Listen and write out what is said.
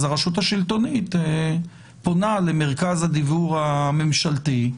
אז הרשות השלטונית פונה למרכז הדיוור הממשלתי,